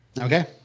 Okay